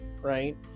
Right